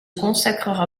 consacrera